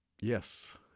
Yes